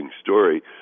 story